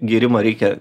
gėrimą reikia